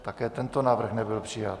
Také tento návrh nebyl přijat.